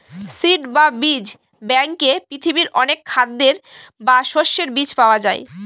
seed বা বীজ ব্যাঙ্কে পৃথিবীর অনেক খাদ্যের বা শস্যের বীজ পাওয়া যায়